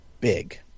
Big